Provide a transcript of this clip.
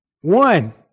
One